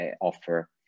offer